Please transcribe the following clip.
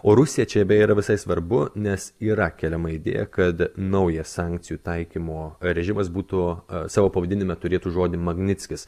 o rusija čia beje yra visais svarbu nes yra keliama idėja kad naujas sankcijų taikymo režimas būtų savo pavadinime turėtų žodį magnickis